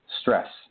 stress